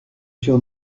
sur